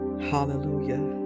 Hallelujah